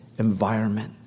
Environment